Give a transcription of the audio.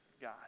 God